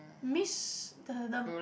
Miss the the the